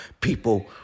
people